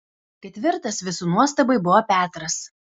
ketvirtas visų nuostabai buvo petras